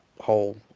whole